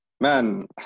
man